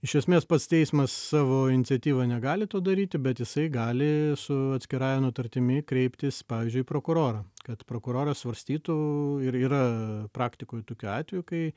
iš esmės pats teismas savo iniciatyva negali to daryti bet jisai gali su atskirąja nutartimi kreiptis pavyzdžiui į prokurorą kad prokuroras svarstytų ir yra praktikoj tokių atvejų kai